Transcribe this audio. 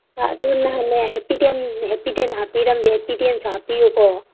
ꯑꯗꯨꯅꯅꯦ ꯍꯦꯞꯄꯤꯗꯦꯟ ꯍꯦꯞꯄꯤꯗꯦꯟ ꯍꯥꯞꯄꯤꯔꯝꯗꯦ ꯍꯦꯞꯄꯤꯗꯦꯟꯁꯨ ꯍꯥꯞꯄꯤꯌꯨꯀꯣ